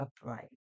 upright